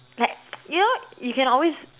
like you know you can always